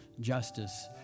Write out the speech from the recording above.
justice